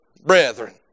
brethren